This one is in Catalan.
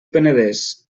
penedès